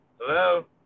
Hello